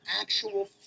actual